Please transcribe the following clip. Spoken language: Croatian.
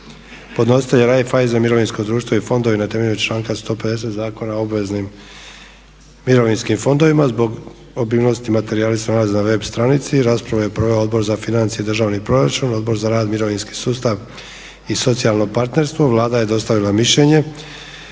Podnositelj: Raiffeisen mirovinski fondovi Na temelju članka 150. Zakona o obveznim mirovinskim fondovima. Zbog obilnosti materijali se nalaze na web stranici. Raspravu je proveo Odbor za financije i državni proračun, Odbor za rad, mirovinski sustav i socijalno partnerstvo. Vlada je dostavila mišljenje.